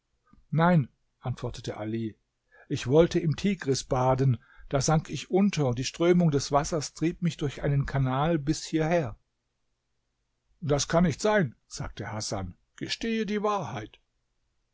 nein antwortete ali ich wollte im tigris baden da sank ich unter und die strömung des wassers trieb mich durch einen kanal bis hierher das kann nicht sein sagte hasan gestehe die wahrheit